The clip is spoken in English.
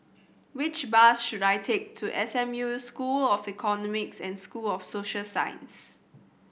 which bus should I take to S M U School of Economics and School of Social Sciences